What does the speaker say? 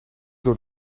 door